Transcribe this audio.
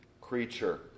creature